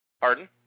Pardon